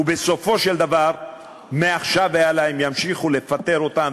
ובסופו של דבר מעכשיו והלאה הם ימשיכו לפטר אותם,